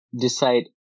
decide